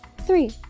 Three